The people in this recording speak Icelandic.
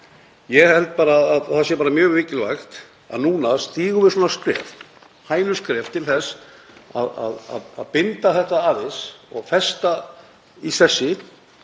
Ég held að það sé bara mjög mikilvægt að núna stígum við skref, hænuskref, til þess að binda þetta aðeins og festa í sessi